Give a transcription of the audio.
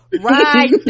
right